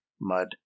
mud